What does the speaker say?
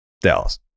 Dallas